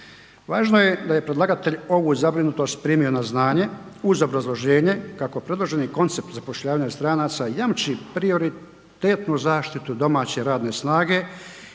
Važno je da je predlagatelj ovu zabrinutost primio na znanje uz obrazloženje kako predloženi koncept zapošljavanja stranaca jamči prioritetnu zaštitu domaće radne snage